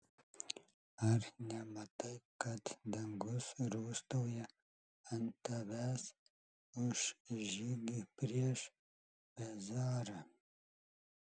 ar nematai kad dangus rūstauja ant tavęs už žygį prieš pezarą